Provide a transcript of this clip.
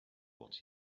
what